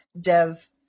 dev